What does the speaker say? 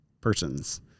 persons